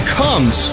comes